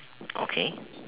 okay